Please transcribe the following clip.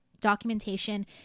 documentation